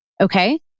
Okay